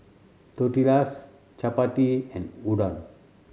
Tortillas Chapati and Udon